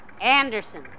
Anderson